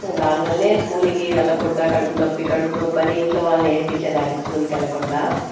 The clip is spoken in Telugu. దాని వల్లే స్కూల్ కి వెళ్లకుండా కడుపు నొప్పి కడుపు నొప్పి అని ఇంట్లో వాళ్ళని ఏడిపించేదాన్ని స్కూల్ కి వెళ్లకుండా